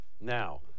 Now